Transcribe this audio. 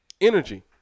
Energy